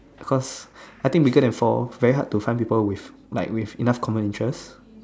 cause I think bigger than four very hard to find people with like with enough common interest